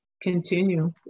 continue